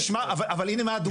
אז אם תשנה, אבל הנה מה הדוגמה.